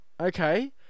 okay